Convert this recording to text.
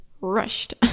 rushed